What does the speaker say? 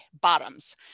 bottoms